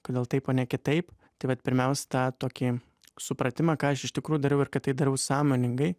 kodėl taip o ne kitaip tai vat pirmiausia tą tokį supratimą ką aš iš tikrųjų dariau ir kad tai darau sąmoningai